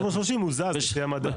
ה-330 לפי המדד.